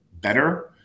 better